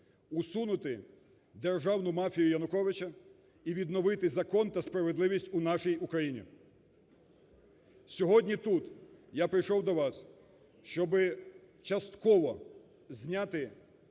усунути державну мафію Януковича і відновити закон та справедливість у нашій Україні. Сьогодні тут я прийшов до вас, щоби частково зняти